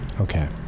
Okay